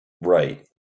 right